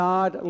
God